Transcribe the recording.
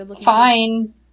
fine